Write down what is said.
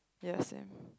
ya same